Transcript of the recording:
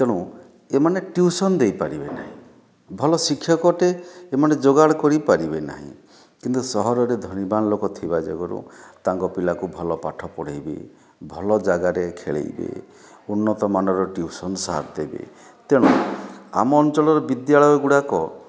ତେଣୁ ଏମାନେ ଟିଉସନ ଦେଇପାରିବେ ନାହିଁ ଭଲ ଶିକ୍ଷକଟିଏ ଏମାନେ ଯୋଗାଡ଼ କରିପାରିବେ ନାହିଁ କିନ୍ତୁ ସହରରେ ଧନବାନ ଲୋକ ଥିବା ଯୋଗରୁ ତାଙ୍କ ପିଲାକୁ ଭଲ ପାଠ ପଢ଼ାଇବେ ଭଲ ଜାଗାରେ ଖେଳାଇବେ ଉନ୍ନତ ମାନର ଟିଉସନ ସାର୍ ଦେବେ ତେଣୁ ଆମ ଅଞ୍ଚଳର ବିଦ୍ୟାଳୟଗୁଡ଼ାକ